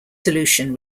solution